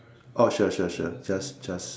oh sure sure sure just just